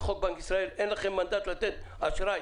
בחוק בנק ישראל אין לכם מנדט לתת אשראי